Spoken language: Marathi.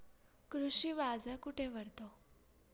कृषी बाजार कुठे भरतो?